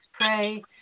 pray